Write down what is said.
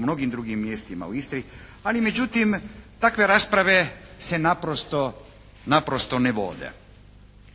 mnogim drugim mjestima u Istri. Ali međutim takve rasprave se naprosto ne vode.